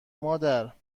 مادر